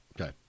Okay